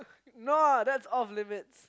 no that's off limits